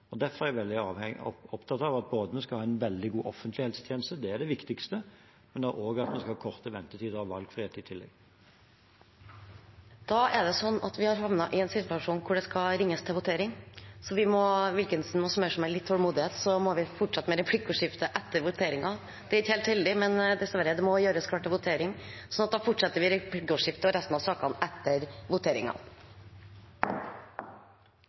det. Derfor er jeg veldig opptatt av både at vi skal ha en veldig god offentlig helsetjeneste – det er det viktigste – og at vi skal ha korte ventetider og valgfrihet i tillegg. Da skal det ringes til votering, så vi må fortsette med replikkordskiftet og resten av sakene etter